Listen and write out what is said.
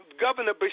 Governor